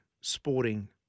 sporting